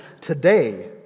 today